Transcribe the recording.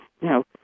Now